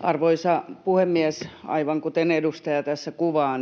Arvoisa puhemies! Aivan kuten edustaja tässä kuvaa,